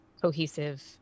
cohesive